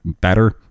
better